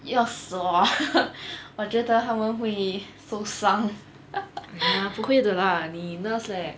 要死我 我觉得他们会受伤